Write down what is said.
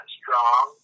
strong